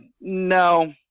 no